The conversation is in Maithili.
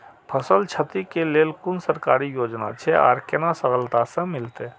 फसल छति के लेल कुन सरकारी योजना छै आर केना सरलता से मिलते?